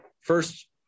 First